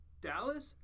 Dallas